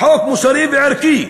החוק "מוסרי וערכי,